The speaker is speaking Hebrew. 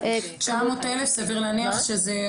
900 אלף סביר להניח שזה,